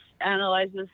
analyzes